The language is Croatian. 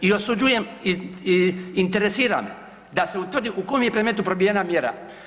I osuđujem i interesira me da se utvrdi u kom je predmetu probijena mjera?